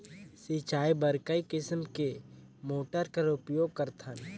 सिंचाई बर कई किसम के मोटर कर उपयोग करथन?